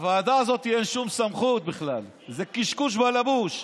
לוועדה הזאת אין שום סמכות בכלל, זה קשקוש בלבוש.